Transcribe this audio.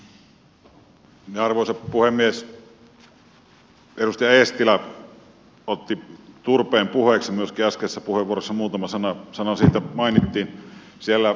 myöskin edustaja eestilä otti turpeen puheeksi äskeisessä puheenvuorossaan muutama sana siitä mainittiin